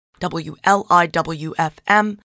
WLIWFM